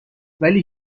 ولی